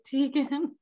Tegan